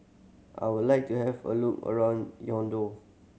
I would like to have a look around